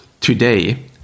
today